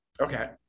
okay